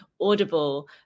Audible